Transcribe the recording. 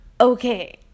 okay